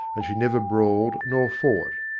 and she never brawled nor fought.